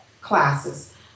classes